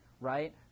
right